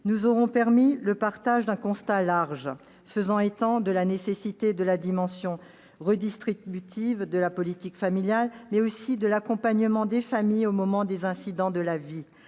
nous auront permis de partager un constat large, faisant état de la nécessité de la dimension redistributive de la politique familiale, mais aussi de l'accompagnement des familles au moment des incidents de la vie,